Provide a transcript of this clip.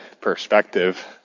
perspective